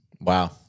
Wow